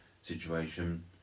situation